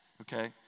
okay